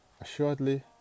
Assuredly